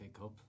Cup